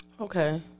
Okay